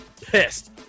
pissed